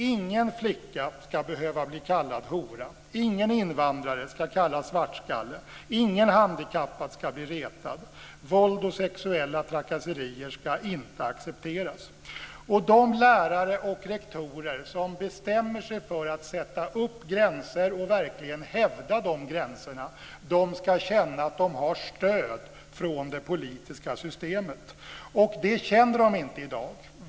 Ingen flicka ska behöva bli kallad hora. Ingen invandrare ska kallas svartskalle. Ingen handikappad ska bli retad. Våld och sexuella trakasserier ska inte accepteras. De lärare och rektorer som bestämmer sig för att sätta upp gränser och verkligen hävda dem ska känna att de har stöd från det politiska systemet. Det känner de inte i dag.